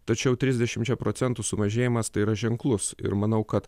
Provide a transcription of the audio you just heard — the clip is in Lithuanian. tačiau trisdešimčia procentų sumažėjimas tai yra ženklus ir manau kad